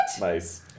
Nice